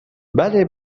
بله